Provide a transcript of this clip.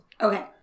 Okay